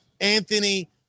Anthony